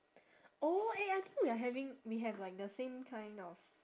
oh eh I think we are having we have like the same kind of